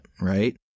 right